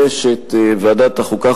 אני אציין שלעניין המועד שבו נדרשת ועדת החוקה,